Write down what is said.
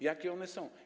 Jakie one są.